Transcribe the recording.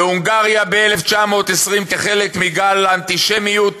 בהונגריה, ב-1920, כחלק מגל האנטישמיות,